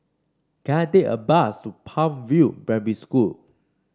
can I take a bus to Palm View Primary School